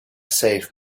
save